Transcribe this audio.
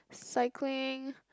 cycling